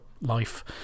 life